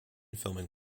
filming